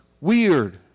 weird